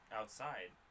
outside